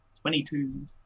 Twenty-two